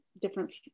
different